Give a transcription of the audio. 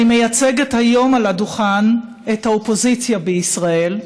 אני מייצגת היום על הדוכן את האופוזיציה בישראל,